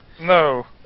No